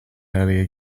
earlier